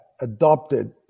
adopted